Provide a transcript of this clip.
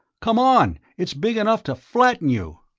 come on it's big enough to flatten you!